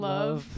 Love